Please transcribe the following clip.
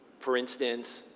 for instances,